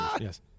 Yes